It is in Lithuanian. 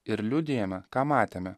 ir liudijame ką matėme